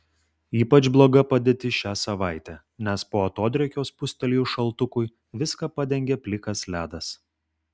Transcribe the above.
ypač bloga padėtis šią savaitę nes po atodrėkio spustelėjus šaltukui viską padengė plikas ledas